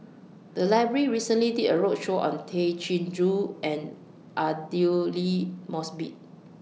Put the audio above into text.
The Library recently did A roadshow on Tay Chin Joo and Aidli Mosbit